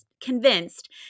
convinced